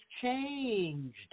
changed